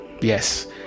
Yes